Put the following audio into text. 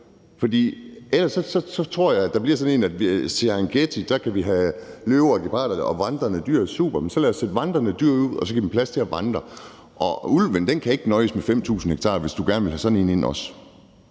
For ellers tror jeg, der bliver sådan en Serengeti, hvor vi kan have løver, geparder og vandrende dyr. Det er super, men så lad os sætte vandrende dyr ud og give dem plads til at vandre. Og ulven kan ikke nøjes med 5.000 ha, hvis du gerne vil have sådan en ind også.